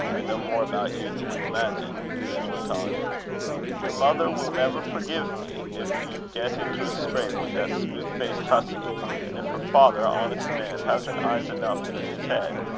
i know more about you than you imagine, and then went on your mother will never forgive me if you get into a scrape with that smooth-faced hussy and if her father, honest man hasn't eyes enough in his head,